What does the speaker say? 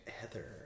Heather